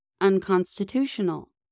unconstitutional